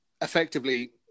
effectively